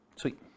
Sweet